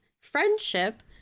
friendship